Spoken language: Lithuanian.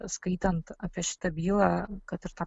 skaitant apie šitą bylą kad ir tą